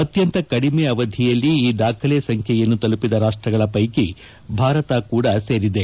ಅತ್ಯಂತ ಕಡಿಮೆ ಅವಧಿಯಲ್ಲಿ ಈ ದಾಖಲೆ ಸಂಬ್ಲೆಯನ್ನು ತಲುಪಿದ ರಾಷ್ಷಗಳ ಪ್ಲೆಕಿ ಭಾರತ ಕೂಡ ಸೇರಿದೆ